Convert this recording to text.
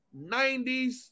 90s